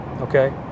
Okay